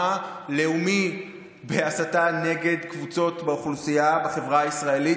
מה לאומי בהסתה נגד קבוצות באוכלוסייה בחברה הישראלית,